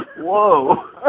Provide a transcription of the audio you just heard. whoa